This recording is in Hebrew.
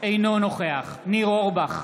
אינו נוכח ניר אורבך,